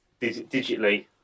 digitally